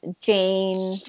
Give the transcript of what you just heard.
Jane